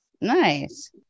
nice